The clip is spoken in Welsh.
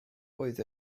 oedd